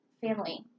family